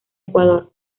ecuador